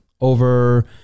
over